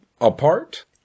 apart